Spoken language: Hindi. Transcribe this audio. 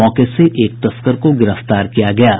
मौके से एक तस्कर को गिरफ्तार किया गया है